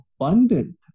abundant